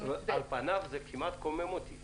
זה כמעט קומם אותי